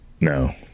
No